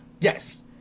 Yes